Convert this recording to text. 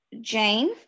Jane